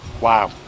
Wow